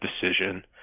decision